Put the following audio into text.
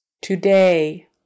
Today